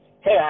hey